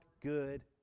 good